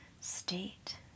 State